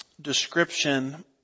description